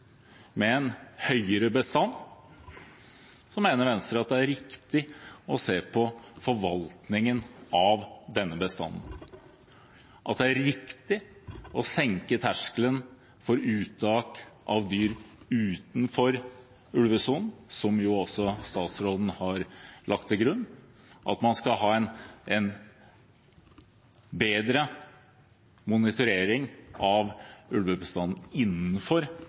med en høyere bestand, mener Venstre at det er riktig å se på forvaltningen av denne bestanden, at det er riktig å senke terskelen for uttak av dyr utenfor ulvesonen, som jo også statsråden har lagt til grunn, at man skal ha en bedre monitorering av ulvebestanden innenfor